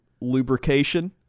lubrication